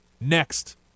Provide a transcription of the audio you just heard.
next